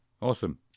Awesome